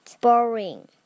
boring